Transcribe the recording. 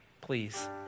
please